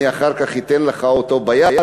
אני אחר כך אתן לך אותו ביד,